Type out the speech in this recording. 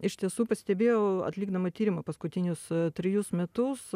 iš tiesų pastebėjau atlikdama tyrimą paskutinius trejus metus